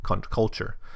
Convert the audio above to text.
culture